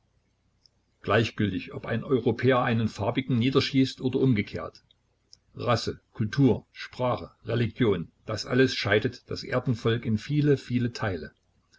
gleichgültig ob ein europäer einen farbigen niederschießt oder umgekehrt rasse kultur sprache religion das alles scheidet das erdenvolk in viele viele teile